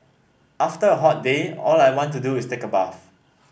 after a hot day all I want to do is take a bath